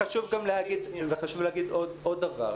חשוב לי להגיד עוד דבר.